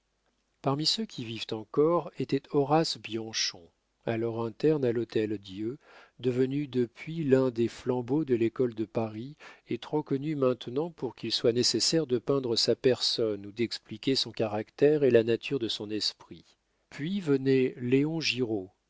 parmi ceux qui vivent encore était horace bianchon alors interne à l'hôtel-dieu devenu depuis l'un des flambeaux de l'école de paris et trop connu maintenant pour qu'il soit nécessaire de peindre sa personne ou d'expliquer son caractère et la nature de son esprit puis venait léon